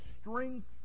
strength